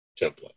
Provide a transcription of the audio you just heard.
template